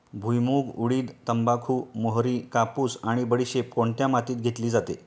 भुईमूग, उडीद, तंबाखू, मोहरी, कापूस आणि बडीशेप कोणत्या मातीत घेतली जाते?